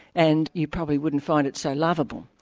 and you probably wouldn't find it so lovable.